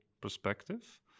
perspective